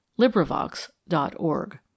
LibriVox.org